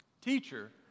Teacher